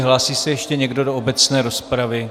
Hlásí se ještě někdo do obecné rozpravy?